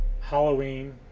Halloween